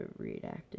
Redacted